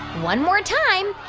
one more time.